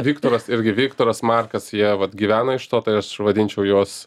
viktoras irgi viktoras markas jei vat gyvena iš to tai aš vadinčiau juos